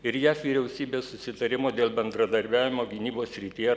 ir jav vyriausybės susitarimo dėl bendradarbiavimo gynybos srityje